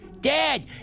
Dad